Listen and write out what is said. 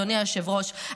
אדוני היושב-ראש,